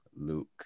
Luke